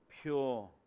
pure